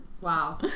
Wow